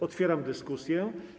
Otwieram dyskusję.